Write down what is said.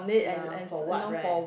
ya for what right